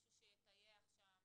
ממישהו שיטייח שם,